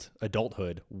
adulthood